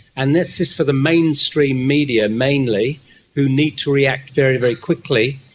and this is for the mainstream media mainly who need to react very, very quickly.